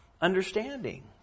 understanding